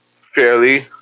fairly